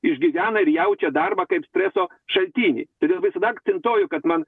išgyvena ir jaučia darbą kaip streso šaltinį todėl visada akcentuoju kad man